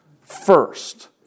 first